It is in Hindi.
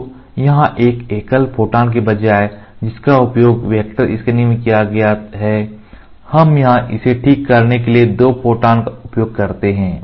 तो यहां एक एकल फोटॉन के बजाय जिसका उपयोग वेक्टर स्कैन में किया गया है यहाँ हम इसे ठीक करने के लिए दो फोटॉन का उपयोग करते हैं